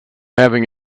having